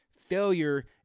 failure